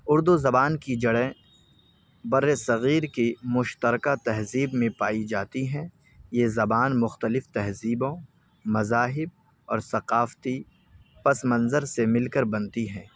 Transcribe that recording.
اردو زبان کی جڑیں بر صغیر کی مشترکہ تہذیب میں پائی جاتی ہیں یہ زبان مختلف تہذیبوں مذاہب اور ثقافتی پس منظر سے مل کر بنتی ہیں